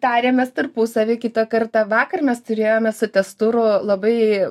tariamės tarpusavy kitą kartą vakar mes turėjome su testuru labai